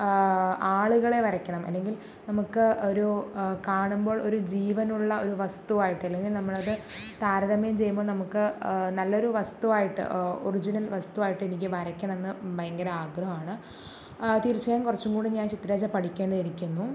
ആളുകളെ വരയ്ക്കണം അല്ലെങ്കിൽ നമുക്ക് ഒരു കാണുമ്പോൾ ഒരു ജീവനുള്ള ഒരു വസ്തുവായിട്ട് അല്ലെങ്കിൽ നമ്മളത് താരതമ്യം ചെയ്യുമ്പോൾ നമുക്ക് നല്ലൊരു വസ്തുവായിട്ട് ഒറിജിനൽ വസ്തുവായിട്ട് എനിക്ക് വരയ്ക്കണമെന്ന് ഭയങ്കരാഗ്രഹമാണ് തീർച്ചയായും കുറച്ചും കൂടി ഞാൻ ചിത്രരചന പഠിക്കേണ്ടിയിരിക്കുന്നു